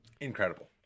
incredible